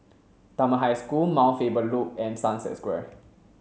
Dunman High School Mount Faber Loop and Sunset Square